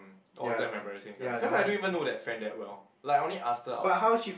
um oh damn embarrassing sia cause I don't even know that friend that well like only ask her out